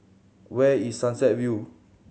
where is Sunset View